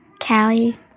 Callie